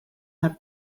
have